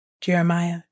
Jeremiah